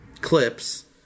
Clips